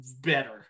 better